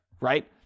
right